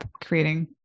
creating